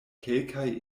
kelkaj